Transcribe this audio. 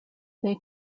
they